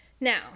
Now